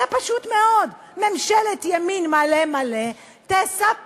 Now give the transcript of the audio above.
אלא פשוט מאוד ממשלת ימין מלא מלא תספח,